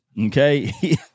Okay